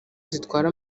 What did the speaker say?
zitwara